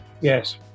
Yes